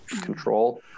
control